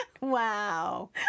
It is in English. Wow